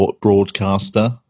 broadcaster